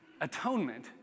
Atonement